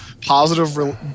positive